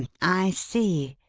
i see.